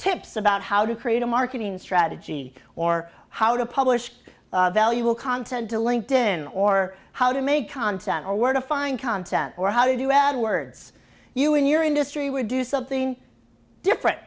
tips about how to create a marketing strategy or how to publish valuable content to linked in or how to make content or where to find content or how did you add words you in your industry would do something different